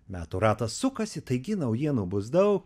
metų ratas sukasi taigi naujienų bus daug